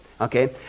okay